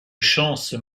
chances